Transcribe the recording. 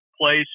place